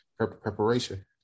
-preparation